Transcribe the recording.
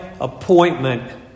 appointment